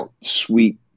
sweet